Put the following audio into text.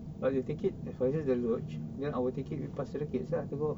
but the ticket if consist the luge then our ticket we pass to the kids lah to go